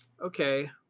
okay